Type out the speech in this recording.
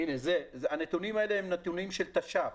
הנתונים האלה הם נתוני תש"ף.